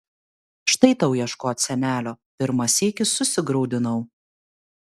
štai tau ieškot senelio pirmą sykį susigraudinau